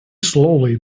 slowly